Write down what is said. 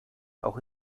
auch